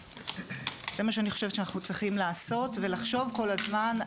זה מה שאני חושבת שאנחנו צריכים לעשות ולחשוב כל הזמן,